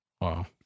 Wow